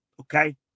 okay